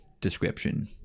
description